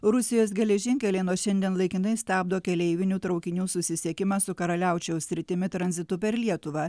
rusijos geležinkeliai nuo šiandien laikinai stabdo keleivinių traukinių susisiekimą su karaliaučiaus sritimi tranzitu per lietuvą